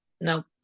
no